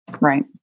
Right